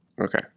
Okay